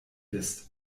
ist